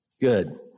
Good